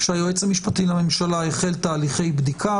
שהיועץ המשפטי לממשלה החל תהליכי בדיקה.